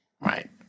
Right